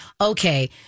okay